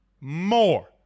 more